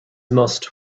must